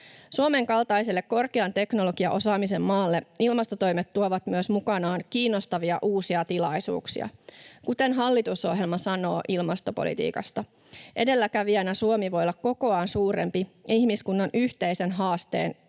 Suomen kaltaiselle korkean teknologiaosaamisen maalle ilmastotoimet tuovat myös mukanaan kiinnostavia uusia tilaisuuksia. Kuten hallitusohjelma sanoo ilmastopolitiikasta: ”Edelläkävijänä Suomi voi olla kokoaan suurempi ihmiskunnan yhteisen haasteen